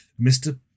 Mr